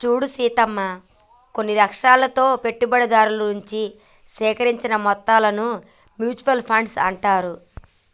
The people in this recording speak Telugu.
చూడు సీతమ్మ కొన్ని లక్ష్యాలతో పెట్టుబడిదారుల నుంచి సేకరించిన మొత్తాలను మ్యూచువల్ ఫండ్స్ అంటారు